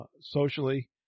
socially